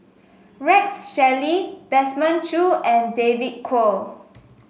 Rex Shelley Desmond Choo and David Kwo